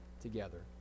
together